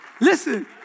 Listen